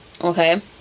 okay